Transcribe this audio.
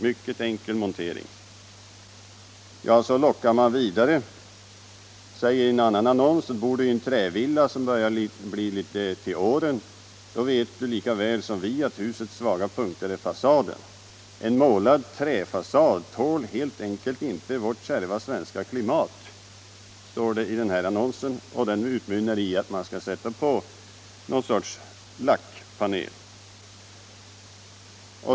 Mycket enkel montering.” Ja, så lockar man vidare och säger i en annan annons: ”Bor du i en trävilla som börjar bli lite till åren? Då vet du lika väl sorn vi att husets svaga punkt är fasaden. En målad träfasad tål helt enkelt inte vårt kärva svenska klimat”, står det i den annonsen, som utmynnar i att man skall sätta på huset någon sorts lackpanel.